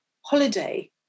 holiday